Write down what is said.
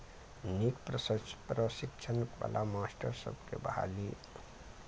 नीक प्रश प्रशिक्षण बला मास्टर सबके बहाली